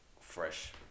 fresh